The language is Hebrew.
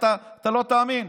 אתה לא תאמין.